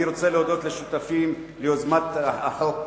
אני רוצה להודות לשותפים ליוזמת החוק.